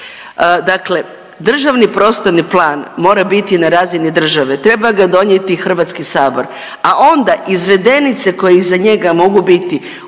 Dakle, državni prostorni plan mora biti na razini države. Treba ga donijeti Hrvatski sabor, a onda izvedenice koje iza njega mogu biti